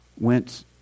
went